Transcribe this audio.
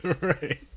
right